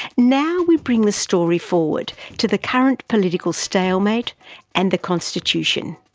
now we bring the story forward to the current political stalemate and the constitution.